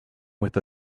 with